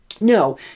No